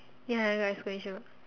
ya I know I screenshot